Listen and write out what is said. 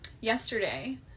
yesterday